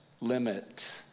limit